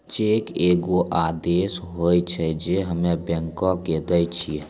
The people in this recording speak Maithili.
चेक एगो आदेश होय छै जे हम्मे बैंको के दै छिये